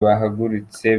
bahagurutse